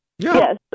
Yes